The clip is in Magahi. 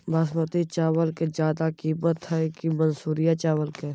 बासमती चावल के ज्यादा किमत है कि मनसुरिया चावल के?